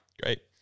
Great